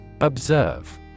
Observe